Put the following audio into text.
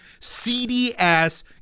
cds